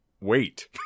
Wait